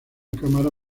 cámara